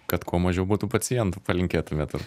kad kuo mažiau būtų pacientų palinkėtumėt